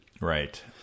Right